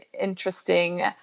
interesting